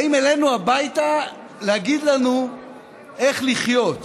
באים אלינו הביתה להגיד לנו איך לחיות.